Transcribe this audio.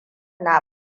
na